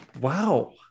Wow